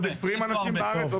עוד 20 אנשים בארץ?